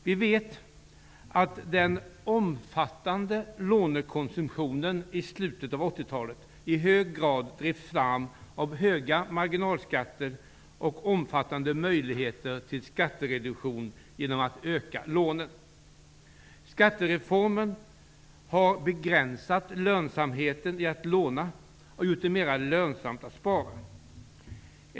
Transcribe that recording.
Vi vet att den omfattande lånekonsumtionen i slutet av 80-talet i hög grad drevs fram av att det var höga marginalskatter och av att det fanns stora möjligheter till skattereduktion om man ökade lånen. Skattereformen har begränsat lönsamheten i att låna och gjort det mera lönsamt att spara.